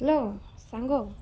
hello ସାଙ୍ଗ